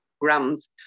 grams